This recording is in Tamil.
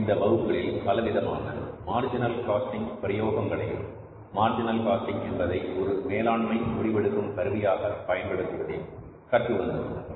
இந்த வகுப்புகளில் பலவிதமான மார்ஜினல் காஸ்டிங் பிரயோகங்களையும் மார்ஜினல் காஸ்டிங் என்பதை ஒரு மேலாண்மை முடிவெடுக்கும் கருவியாக பயன்படுத்துவதையும் கற்று வந்தோம்